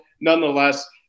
Nonetheless